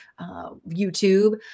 YouTube